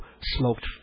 smoked